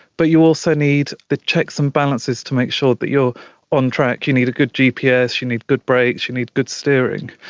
but you also need the checks and balances to make sure that you are on track you need a good gps, you need good brakes, you need good steering.